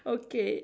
okay